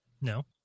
No